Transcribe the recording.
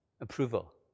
approval